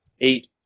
eight